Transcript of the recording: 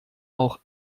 auch